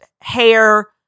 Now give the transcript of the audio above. hair